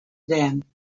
them